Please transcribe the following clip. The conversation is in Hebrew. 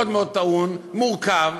מאוד מאוד טעון, מורכב,